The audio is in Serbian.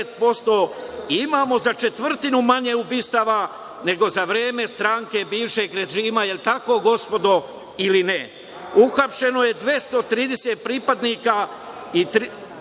Imamo za četvrtinu manje ubistava nego za vreme stranke bivšeg režima. Da li je tako gospodo ili ne? Uhapšeno je 230 pripadnika iz 30